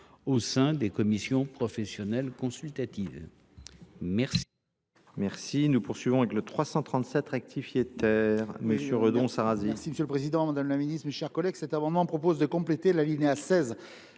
au sein des commissions professionnelles consultatives de